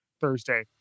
Thursday